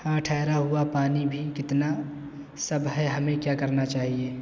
ہاں ٹھہرا ہوا پانی بھی کتنا سب ہے ہمیں کیا کرنا چاہیے